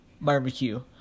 barbecue